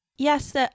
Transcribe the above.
Yes